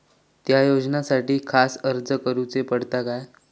त्या योजनासाठी खास अर्ज करूचो पडता काय?